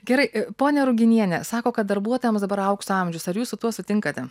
gerai i ponia ruginiene sako kad darbuotojams dabar aukso amžius ar jūs su tuo sutinkate